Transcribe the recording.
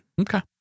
okay